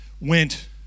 went